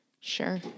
Sure